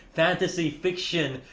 fantasy, fiction,